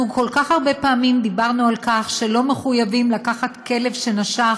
אנחנו כל כך הרבה פעמים דיברנו על כך שלא מחויבים לקחת כלב שנשך